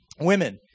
Women